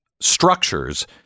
structures